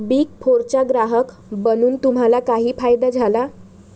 Big फोरचा ग्राहक बनून तुम्हाला काही फायदा झाला?